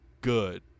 good